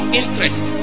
interest